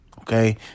Okay